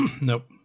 Nope